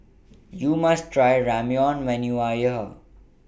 YOU must Try Ramyeon when YOU Are here